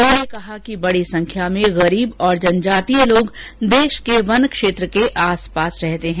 उन्होंने कहा कि बड़ी संख्या में गरीब और जनजातीय लोग देश के वन क्षेत्र के आसपास रहते हैं